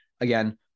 again